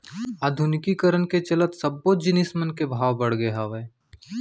आधुनिकीकरन के चलत सब्बो जिनिस मन के भाव बड़गे हावय